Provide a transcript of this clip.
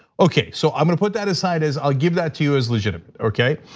okay, so i'm gonna put that aside as, i'll give that to you as legitimate, okay?